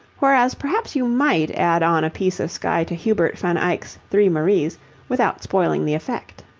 whereas perhaps you might add on a piece of sky to hubert van eyck's three maries without spoiling the effect.